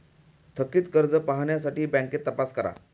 थकित कर्ज पाहण्यासाठी बँकेत तपास करा